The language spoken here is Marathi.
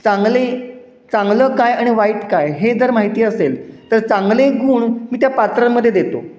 चांगली चांगलं काय आणि वाईट काय हे जर माहिती असेल तर चांगले गुण मी त्या पात्रांमध्ये देतो